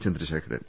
Chandrasekharan